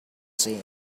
same